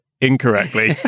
incorrectly